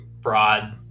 broad